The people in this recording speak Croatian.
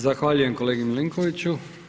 Zahvaljujem kolegi Milinkoviću.